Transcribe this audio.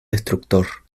destructor